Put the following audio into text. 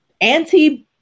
anti-